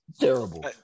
Terrible